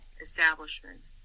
establishment